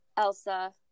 Elsa